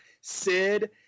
Sid